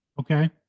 okay